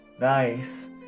Nice